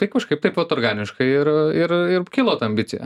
tai kažkaip taip vat organiškai ir ir ir kilo ta ambicija